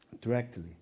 Directly